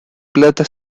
plata